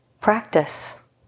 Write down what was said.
practice